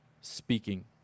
speaking